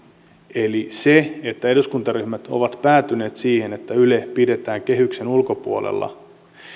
eli kun eduskuntaryhmät ovat päätyneet siihen että yle pidetään kehyksen ulkopuolella